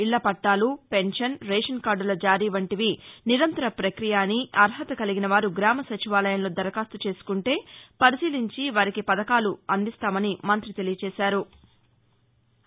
ఇళ్ల పట్లాలు పెన్వన్ రేషన్ కార్డుల జారీ వంటివి నిరంతర ప్రక్రియ అని అర్హత కలిగినవారు గ్రామ సచివాలయంలో దరఖాస్తు చేసుకుంటే పరిశీలించి వారికి పథకాలు అందిస్తామని మంతి తెలిపారు